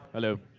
hello,